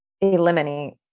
eliminate